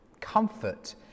Comfort